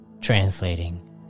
translating